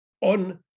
on